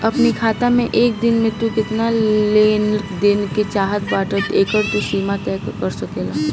अपनी खाता से एक दिन में तू केतना लेन देन करे चाहत बाटअ एकर तू सीमा तय कर सकेला